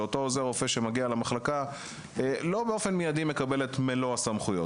שאותו עוזר רופא שמגיע למחלקה לא מקבל באופן מידי את מלוא הסמכויות.